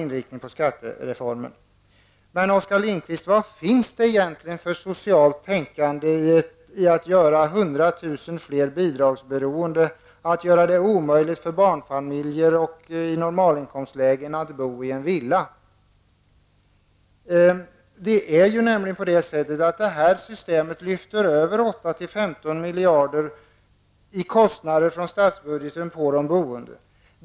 Vilket socialt tänkande, Oskar Lindkvist, ligger egentligen bakom ett system där hundratusentals fler människor blir bidragberoende? Man omöjliggör för barnfamiljer i normalinkomstlägen att bo i en villa. Det föreslagna systemet lyfter över 8--15 miljarder i kostnader från statsbudgeten till de boende.